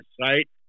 right